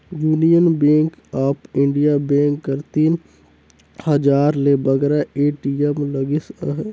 union Bank of India bank कर तीन हजार ले बगरा ए.टी.एम लगिस अहे